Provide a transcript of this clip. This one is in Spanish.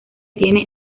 tiene